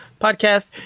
podcast